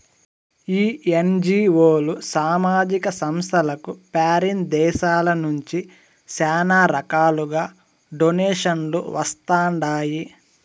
ఈ ఎన్జీఓలు, సామాజిక సంస్థలకు ఫారిన్ దేశాల నుంచి శానా రకాలుగా డొనేషన్లు వస్తండాయి